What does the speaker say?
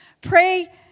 pray